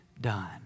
done